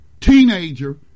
teenager